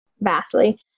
vastly